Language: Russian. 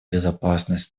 безопасность